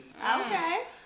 Okay